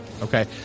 okay